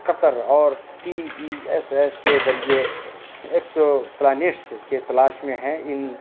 Kepler اور T E S S کے ذریعے ایکسو پلانیٹس کے تلاش میں ہیں ان